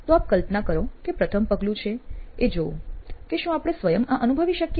તો આપ કલ્પના કરો કે પ્રથમ પગલું છે એ જોવું કે "શું આપણે સ્વયં આ અનુભવી શકીએ